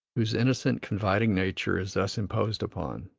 whose innocent, confiding nature is thus imposed upon,